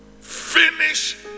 Finish